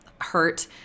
hurt